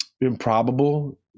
Improbable